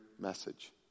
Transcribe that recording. message